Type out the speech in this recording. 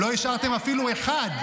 לא השארתם אפילו אחד,